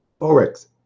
forex